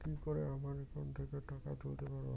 কি করে আমার একাউন্ট থেকে টাকা তুলতে পারব?